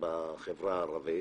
בחברה הערבית